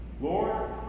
Lord